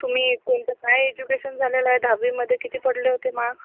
तुम्ही कोणत्या काय एज्युकेशन झालेलं आहे दहावीमध्ये किती पडले होते माक्स